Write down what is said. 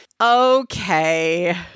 okay